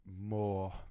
more